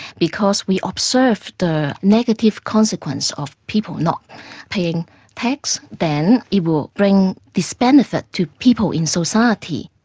because we observe the negative consequence of people not paying tax, then it will bring this benefit to people in society.